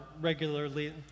regularly